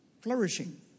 flourishing